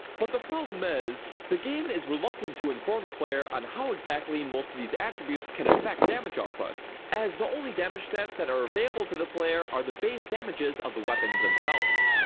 but the problem is, the game is reluctant to inform the player on how exactly most of these attributes can affect damage output, as the only damage stats that are available to the player are the base damages of the weapons themselfs.